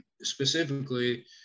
specifically